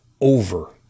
over